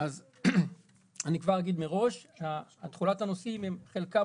אני אגיד כבר מראש שתחולת הנושאים חלקם